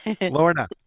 Lorna